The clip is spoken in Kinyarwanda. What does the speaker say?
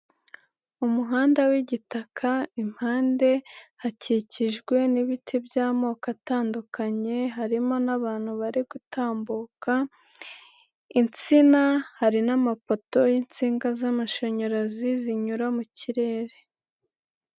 Umuhanda w'igitaka impande hakikijwe n'ibiti by'amoko atandukanye, harimo n'abantu bari gutambuka, insina hari n'amapoto y'insinga z'amashanyarazi zinyura mu kirere.